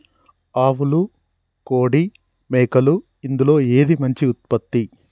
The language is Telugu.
ఆవులు కోడి మేకలు ఇందులో ఏది మంచి ఉత్పత్తి?